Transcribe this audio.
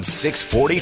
640